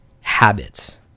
habits